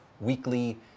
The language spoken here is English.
weekly